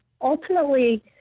ultimately